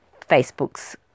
Facebook's